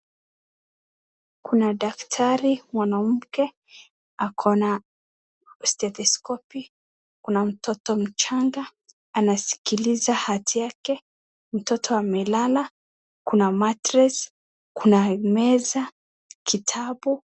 Kuna daktari mwanamke ako na stethoscope , kuna mtoto mchanga anasikiliza heart yake. Mtoto amelala, kuna mattress , kuna meza, kuna kitabu.